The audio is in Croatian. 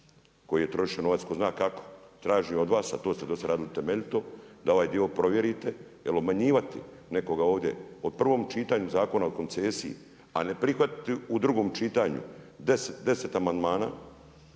koji je trošio novac tko zna kako. Tražim od vas a to ste dosad radili temeljito, da ovaj dio provjerite jer obmanjivati nekoga ovdje u prvom čitanju Zakona o koncesiji, a ne prihvatiti u drugom čitanju, 10 amandmana,